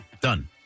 Done